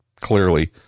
clearly